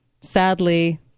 Sadly